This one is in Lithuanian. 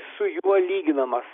su juo lyginamas